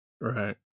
Right